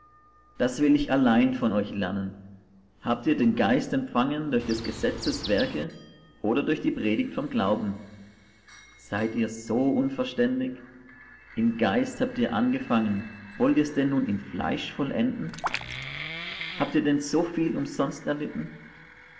das will ich allein von euch lernen habt ihr den geist empfangen durch des gesetzes werke oder durch die predigt vom glauben seid ihr so unverständig im geist habt ihr angefangen wollt ihr's denn nun im fleisch vollenden habt ihr denn so viel umsonst erlitten